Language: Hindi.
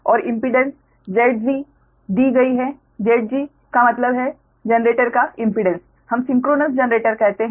और इम्पीडेंस Zg दी गई है Zg का मतलब है जनरेटर का इम्पीडेंस हम सिंक्रोनस जनरेटर कहते हैं